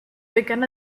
begin